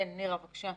נירה, בבקשה.